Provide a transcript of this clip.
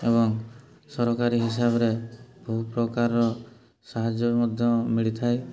ଏବଂ ସରକାରୀ ହିସାବରେ ବହୁ ପ୍ରକାରର ସାହାଯ୍ୟ ମଧ୍ୟ ମିଳିଥାଏ